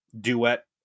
duet